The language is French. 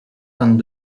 vingt